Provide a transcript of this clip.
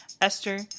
Esther